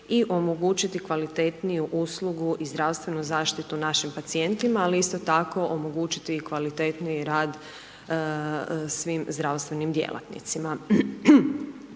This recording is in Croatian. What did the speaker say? i omogućiti kvalitetniju uslugu i zdravstvenu zaštitu našim pacijentima, ali isto tako omogućiti kvalitetniji rad svim zdravstvenim djelatnicima,